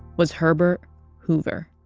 was herbert hoover